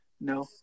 No